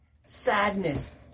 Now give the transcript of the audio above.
sadness